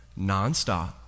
nonstop